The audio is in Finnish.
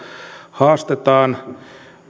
haastetaan